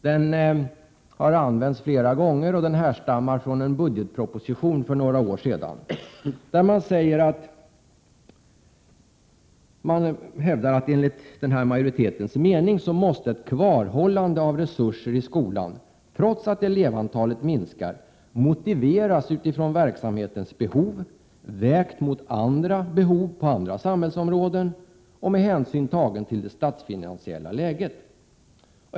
Den har använts flera gånger och härstammar från en budgetproposition som kom för några år sedan. Majoriteten hävdar att kvarhållande av resurser i skolan, trots att elevantalet minskar, måste motiveras från verksamhetens behov vägt mot andra behov på andra samhällsområden och med hänsyn tagen till det statsfinansiella läget.